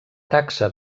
taxa